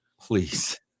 Please